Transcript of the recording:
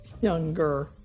younger